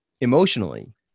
emotionally